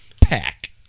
pack